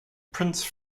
prince